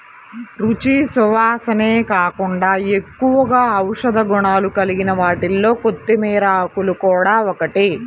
రుచి, సువాసనే కాకుండా ఎక్కువగా ఔషధ గుణాలు కలిగిన వాటిలో కొత్తిమీర ఆకులు గూడా ఒకటి